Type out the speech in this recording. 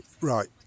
Right